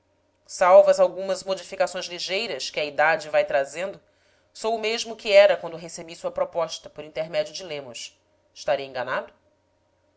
salvas algumas modificações ligeiras que a idade vai trazendo sou o mesmo que era quando recebi sua proposta por intermédio de lemos estarei enganado